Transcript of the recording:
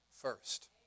first